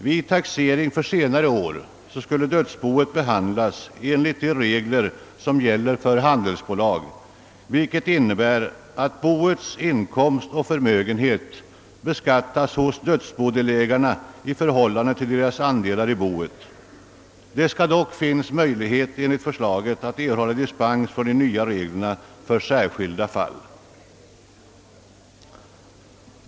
Vid taxering för senare år skulle dödsboet behandlas enligt de regler som gäller för handelsbolag, vilket innebär att boets inkomst och förmögenhet beskattas hos dödsbodelägarna i förhållande till deras andelar i boet. Det skall dock finnas möjlighet, enligt förslaget, att erhålla dispens från de nya reglerna för särskilda fall.